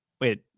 wait